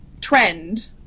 trend